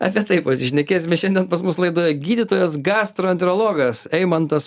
apie tai pasišnekėsime šiandien pas mus laidoje gydytojas gastroenterologas eimantas